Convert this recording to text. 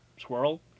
squirrel